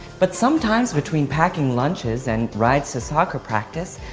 but sometimes between packing lunches and rides to soccer practice,